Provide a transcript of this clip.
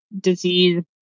disease